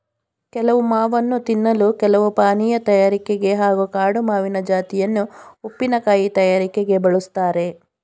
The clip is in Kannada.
ಕೆಲವು ಮಾವನ್ನು ತಿನ್ನಲು ಕೆಲವು ಪಾನೀಯ ತಯಾರಿಕೆಗೆ ಹಾಗೂ ಕಾಡು ಮಾವಿನ ಜಾತಿಯನ್ನು ಉಪ್ಪಿನಕಾಯಿ ತಯಾರಿಕೆಗೆ ಬಳುಸ್ತಾರೆ